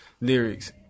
lyrics